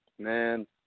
Man